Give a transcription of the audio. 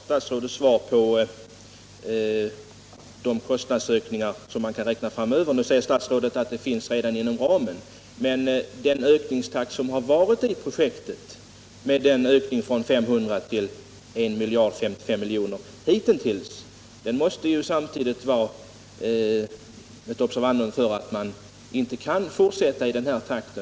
Herr talman! Vad jag efterlyste var statsrådets svar på frågan vilka kostnadsökningar som man kan räkna med framöver. Nu säger statsrådet att de redan ligger inom planeringsramen. Men den ökningstakt som kännetecknat projektet, med en ökning från 500 till hittills 1 005 milj.kr., måste samtidigt vara ett observandum för att man inte kan fortsätta i denna takt.